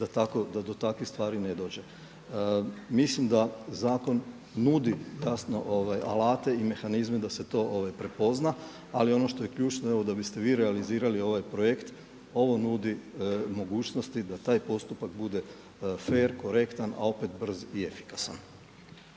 da do takvih stvari ne dođe. Mislim da zakon nudi jasno alate i mehanizme da se to prepozna, ali ono što je ključno, evo da biste vi realizirali ovaj projekt on nudi mogućnosti da taj postupak bude fer, korektan, a opet brz i efikasan.